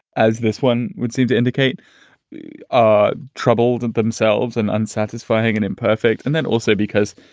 as this one would seem to indicate the ah troubled and themselves and unsatisfying and imperfect and then also because,